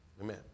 Amen